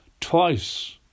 twice